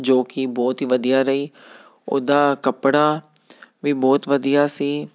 ਜੋ ਕਿ ਬਹੁਤ ਹੀ ਵਧੀਆ ਰਹੀ ਉਹਦਾ ਕੱਪੜਾ ਵੀ ਬਹੁਤ ਵਧੀਆ ਸੀ